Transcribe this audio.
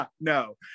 no